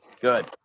Good